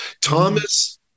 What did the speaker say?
Thomas